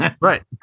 Right